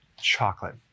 chocolate